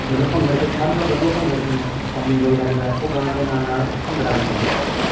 ਮੈਨੂੰ ਭੰਗੜੇ 'ਚ ਸਾਰਿਆਂ ਨਾਲੋਂ ਵਧੀਆ ਭੰਗੜਚੀ ਪੰਮੀ ਬਾਈ ਲੱਗਦਾ ਹੈ ਉਹ ਗਾਉਣ ਦੇ ਨਾਲ ਨਾਲ ਭੰਗੜਾ ਵੀ ਪਾਉਂਦਾ ਹੈਗਾ ਹੈ